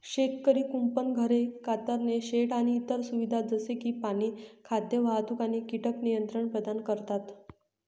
शेतकरी कुंपण, घरे, कातरणे शेड आणि इतर सुविधा जसे की पाणी, खाद्य, वाहतूक आणि कीटक नियंत्रण प्रदान करतात